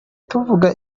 tuvuga